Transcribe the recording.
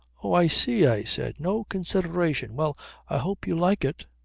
oh! i see, i said. no consideration. well i hope you like it.